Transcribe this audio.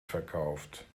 verkauft